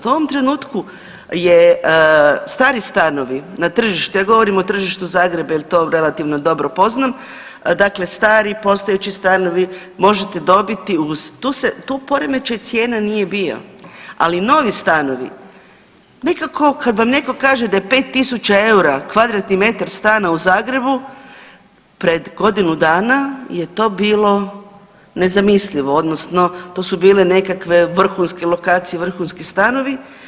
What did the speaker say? U ovom trenutku je stari stanovi na tržište, ja govorim o tržištu Zagreba jel to relativno dobro poznam, dakle stari postojeći stanovi možete dobiti, tu poremećaj cijena nije bio, ali novi stanovi nekako kad vam neko kaže da je 5.000 eura kvadratni metar stana u Zagrebu pred godinu dana je to bilo nezamislivo odnosno to su bile nekakve vrhunske lokacije, vrhunski stanovi.